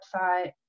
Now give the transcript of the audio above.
website